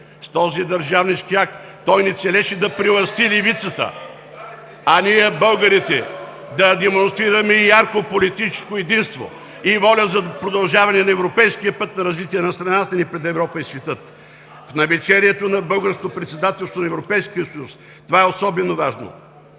С този държавнически акт той не целеше да прелъсти левицата (реплики от „БСП за България“), а ние, българите, да демонстрираме ярко политическо единство и воля за продължаване на европейския път за развитие на страната ни пред Европа и света. В навечерието на българското председателство на Европейския съюз това е особено важно.